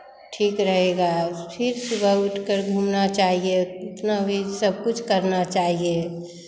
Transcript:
ठीक रहेगा फिर सुबह उठकर घूमना चाहिए इतना भी सब कुछ करना चाहिए